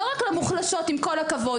לא רק למוחלשות עם כל הכבוד,